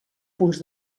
punts